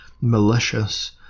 malicious